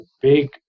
big